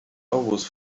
always